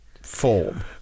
form